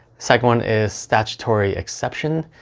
second one is statutory exception.